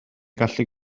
gallu